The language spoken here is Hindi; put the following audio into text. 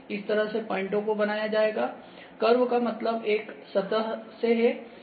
इस तरह से पॉइंटो को बनाया जायेगा कर्वका मतलब एक सतह से है